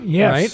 yes